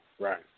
Right